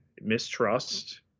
mistrust